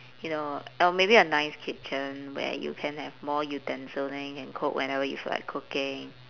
you know or maybe a nice kitchen where you can have more utensils then you can cook whenever you feel like cooking